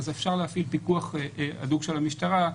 אז אפשר להפעיל פיקוח הדוק של המשטרה.